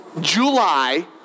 July